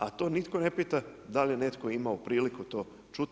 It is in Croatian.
A to nitko ne pita da li je netko imao priliku to čuti.